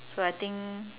so I think